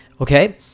Okay